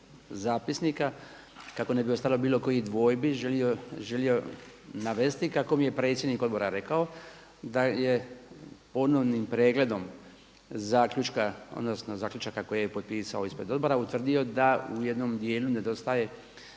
zapisnika kako ne bi ostalo bilo kojih dvojbi želio navesti kako mi je predsjednik odbora rekao da je ponovnim pregledom zaključka, odnosno zaključaka koje je potpisao ispred odbora utvrdio da u jednom dijelu nedostaje,